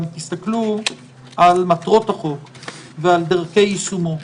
תסתכלו על מטרות החוק ועל דרכי יישומו,